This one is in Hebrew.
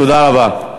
תודה רבה.